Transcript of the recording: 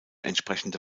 entsprechende